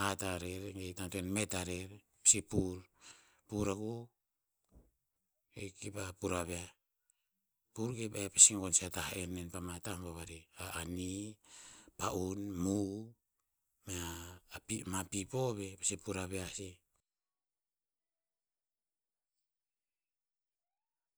hat harer ge hikta antoen met harer, pasi pur, pur akuk e kipa pur aviah, pur e pasi gon a tah'en nen pa ma tah bovarih. A anii, pa'un, muu, mea pii ma pipo veh pasi pur aviah sih.